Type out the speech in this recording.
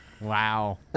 Wow